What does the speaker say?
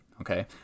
okay